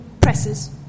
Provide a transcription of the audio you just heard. presses